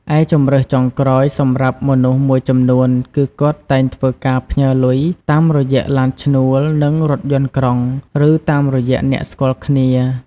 ឯជម្រើសចុងក្រោយ សម្រាប់មនុស្សមួយចំនួនគឺគាត់តែងធ្វើការផ្ញើលុយតាមរយៈឡានឈ្នួលនិងរថយន្តក្រុងឬតាមរយៈអ្នកស្គាល់គ្នា។